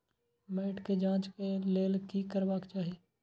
मैट के जांच के लेल कि करबाक चाही?